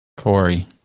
Corey